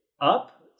up